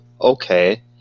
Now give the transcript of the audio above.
okay